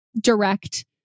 direct